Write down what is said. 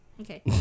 Okay